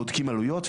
בודקים עלויות,